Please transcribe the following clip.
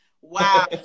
Wow